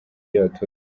ry’abaturage